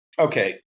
okay